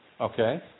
Okay